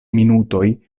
minutoj